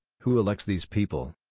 who elects these people?